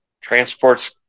Transports